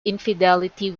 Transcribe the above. infidelity